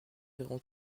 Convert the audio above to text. irons